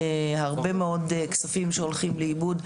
הרבה מאוד כספים שהולכים לאיבוד,